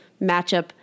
matchup